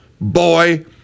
boy